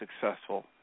successful